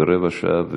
ורבע שעה,